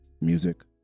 music